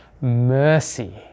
mercy